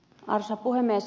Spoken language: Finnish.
arvoisa puhemies